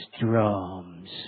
drums